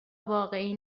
واقعی